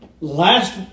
last